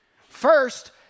First